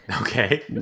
Okay